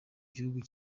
gihugu